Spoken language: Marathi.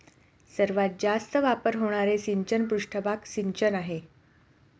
सर्वात जास्त वापर होणारे सिंचन पृष्ठभाग सिंचन आहे